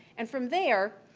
and from there,